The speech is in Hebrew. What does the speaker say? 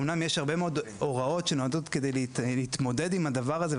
אמנם יש הרבה מאוד הוראות שנועדו להתמודד עם הדבר הזה,